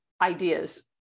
ideas